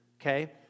Okay